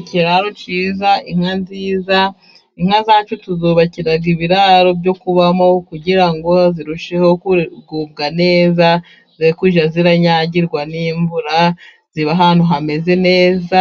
Ikiraro cyiza, inka nziza; inka zacu tuzubakira ibiraro byo kubamo kugira ngo zirusheho kugubwa neza. Zireke kujya zinyagirwa n'imvura, ziba ahantu hameze neza,